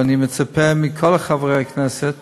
ואני מצפה מכל חברי הכנסת